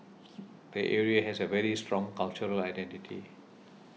the area has a very strong cultural identity